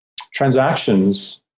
transactions